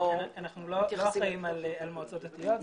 אנחנו לא אחראים על מועצות דתיות.